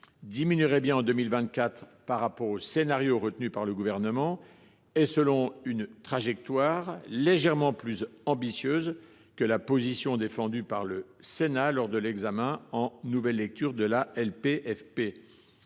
diminuerait bien en 2024 par rapport au scénario retenu par le Gouvernement et selon une trajectoire légèrement plus ambitieuse que la position défendue ici même lors de l’examen en nouvelle lecture du projet